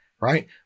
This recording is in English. Right